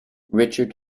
richard